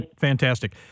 fantastic